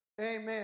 Amen